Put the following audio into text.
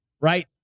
Right